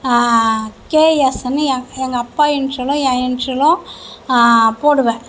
கேஎஸ்ஸுனு என் எங்கள் அப்பா இனிசியலும் என் இனிசியலும் போடுவேன்